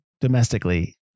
domestically